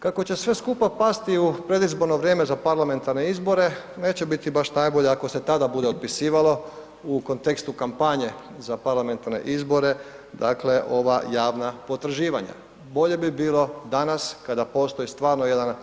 Kako će sve skupa pasti u predizborno vrijeme za parlamentarne izbore, neće biti baš najbolje ako se tada bude otpisivalo u kontekstu kampanje za parlamentarne izbore, dakle ova javna potraživanja, bolje bi bilo danas kada postoji stvarno jedan